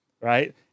right